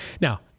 Now